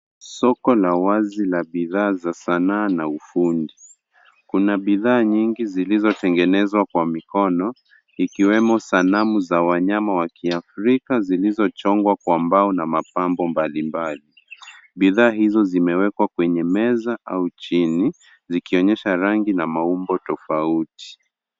Soko la wazi la bidhaa za sanaa na ufundi. Kuna bidhaa nyingi zilizotengenezwa kwa mikono ikiwemo sanamu za wanyama wa kiafrika zilizochongwa kwa mbao na mapambo mbalimbali, bidhaa hizo zimewekwa kwenye meza au chini zikionyesha rangi na maumbo tofauti.